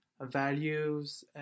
values